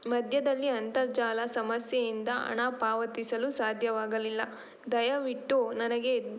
ಮಧ್ಯದಲ್ಲಿ ಅಂತರ್ಜಾಲ ಸಮಸ್ಯೆಯಿಂದ ಹಣ ಪಾವತಿಸಲು ಸಾಧ್ಯವಾಗಲಿಲ್ಲ ದಯವಿಟ್ಟು ನನಗೆ